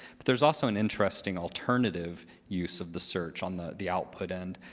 but there's also an interesting alternative use of the search on the the output end.